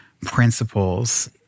principles